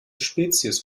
spezies